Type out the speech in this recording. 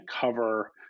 cover